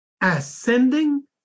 ascending